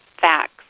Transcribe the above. facts